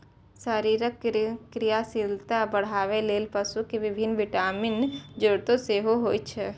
शरीरक क्रियाशीलता बढ़ाबै लेल पशु कें विभिन्न विटामिनक जरूरत सेहो होइ छै